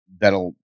that'll